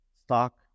stock